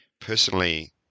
personally